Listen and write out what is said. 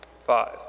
Five